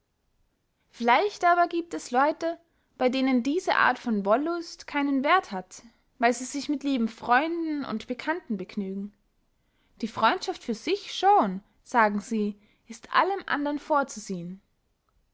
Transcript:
vielleicht aber giebt es leute bey denen diese art von wollust keinen werth hat weil sie sich mit lieben freunden und bekannten begnügen die freundschaft für sich schon sagen sie ist allem andern vorzuziehen